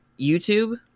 YouTube